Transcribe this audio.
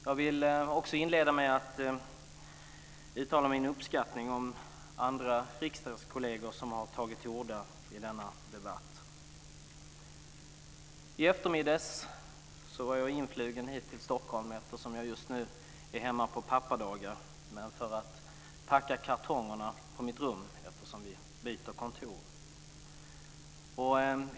Jag vill inleda med att uttala min uppskattning för andra riksdagskolleger som har tagit till orda i denna debatt. I eftermiddags flög jag hemifrån till Stockholm, eftersom jag just nu är pappaledig, för att packa kartongerna i mitt rum, eftersom vi byter kontor.